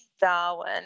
Darwin